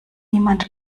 niemand